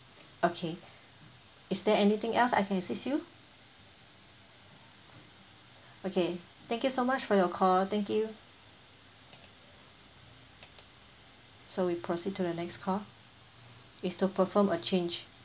okay is there anything else I can assist you okay thank you so much for your call thank you so we'll proceed to the next call it's to perform a change